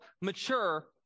mature